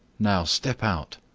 now step out!